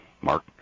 Mark